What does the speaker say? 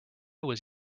was